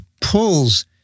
pulls